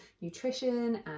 nutrition